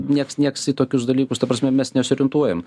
nieks nieks į tokius dalykus ta prasme mes nesiorientuojam